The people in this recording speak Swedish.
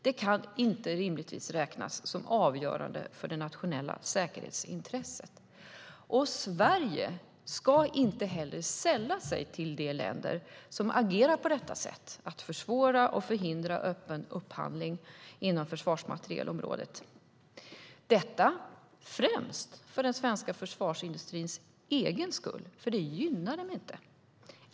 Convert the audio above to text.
Det kan inte rimligen räknas som avgörande för det nationella säkerhetsintresset. Sverige ska heller inte sälla sig till de länder som agerar på detta sätt och försvårar och förhindrar öppen upphandling inom försvarsmaterielområdet. Det är främst för den svenska försvarsindustrins egen skull. Det gynnar den nämligen inte.